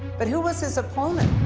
but who was his opponent?